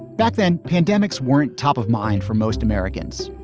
back then, pandemics weren't top of mind for most americans.